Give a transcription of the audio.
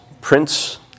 prince